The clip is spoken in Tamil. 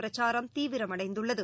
பிரச்சாரம் தீவிரமடைந்துள்ளது